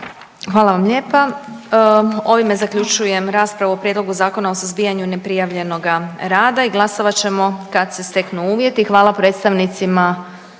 Hvala vam lijepa. Ovime zaključujem raspravu o Prijedlogu Zakona o suzbijanju neprijavljenoga rada i glasovat ćemo kad se steknu uvjeti. Hvala predstavnicima